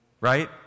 Right